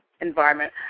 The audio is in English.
environment